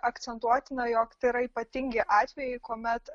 akcentuotina jog tai yra ypatingi atvejai kuomet